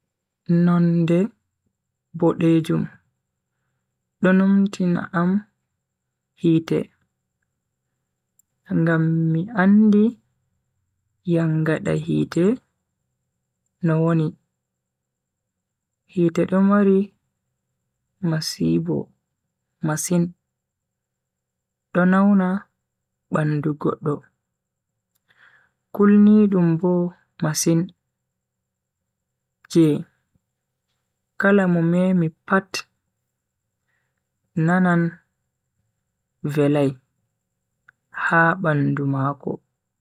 Nonde bodejum do numtina am hite. ngam mi andi yangada hite no woni. hite do mari masibo masin do nauna bandu goddo. kulnidum Bo masin je kala mo memi pat nanan velai ha bandu mako.